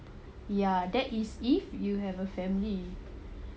ya that is if you have a family